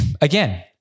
Again